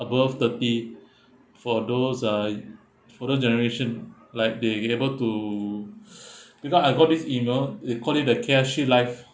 above thirty for those uh for those generation like they they able to because I got this email they call it the CashShield Life